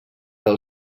del